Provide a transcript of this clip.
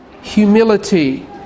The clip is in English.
humility